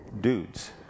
Dudes